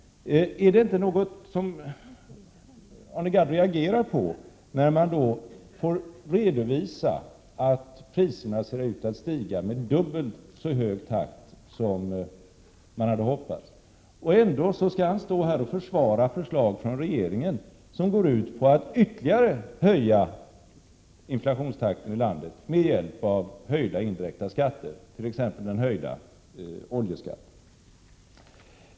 Är det inte något som Arne Gadd reagerar på när han får redovisa att priserna ser ut att stiga i dubbelt så hög takt som man hade hoppats? Ändå skall han försvara förslag från regeringen som går ut på att ytterligare höja inflationstakten i landet med hjälp av höjda indirekta skatter, t.ex. den höjda oljeskatten.